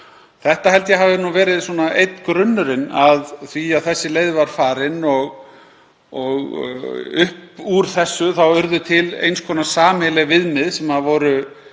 Þetta held ég að hafi verið einn grunnurinn að því að þessi leið var farin og upp úr þessu urðu til eins konar sameiginleg viðmið sem voru